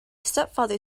stepfather